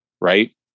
right